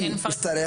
אם נצטרך,